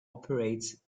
operates